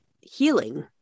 healing